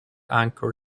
anchor